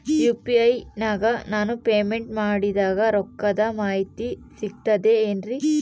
UPI ನಾಗ ನಾನು payment ಮಾಡಿದ ರೊಕ್ಕದ ಮಾಹಿತಿ ಸಿಕ್ತದೆ ಏನ್ರಿ?